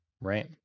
right